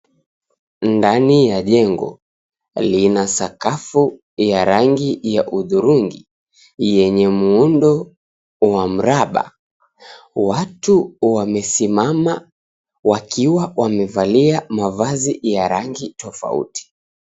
Ndani ya jengo, lina sakafu ya rangi ya udhurungi, yenye muundo wa mraba. Watu wamesimama wakiwa wamevalia mavazi ya rangi tofauti.